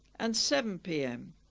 and seven p m.